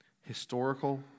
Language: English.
historical